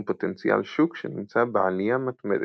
עם פוטנציאל שוק שנמצא בעליה מתמדת.